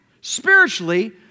spiritually